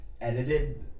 edited